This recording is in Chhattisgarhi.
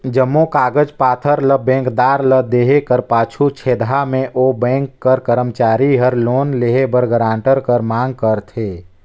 जम्मो कागज पाथर ल बेंकदार ल देहे कर पाछू छेदहा में ओ बेंक कर करमचारी हर लोन लेहे बर गारंटर कर मांग करथे